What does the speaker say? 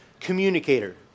communicator